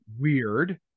weird